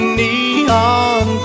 neon